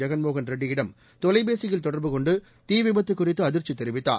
ஜெகன்மோகன் ரெட்டியிடம் தொலைபேசியில் தொடர்பு கொண்டு தீ விபத்து குறித்து அதிர்ச்சி தெரிவித்தார்